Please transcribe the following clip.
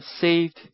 saved